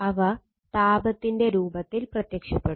അവ താപത്തിന്റെ രൂപത്തിൽ പ്രത്യക്ഷപ്പെടും